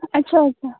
अच्छा अच्छा